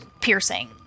Piercing